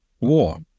war